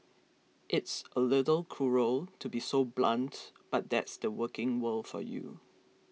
it's a little cruel to be so blunt but that's the working world for you